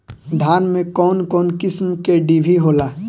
धान में कउन कउन किस्म के डिभी होला?